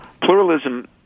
pluralism